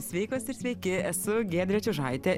sveikos ir sveiki esu giedrė čiužaitė